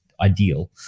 ideal